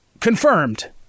confirmed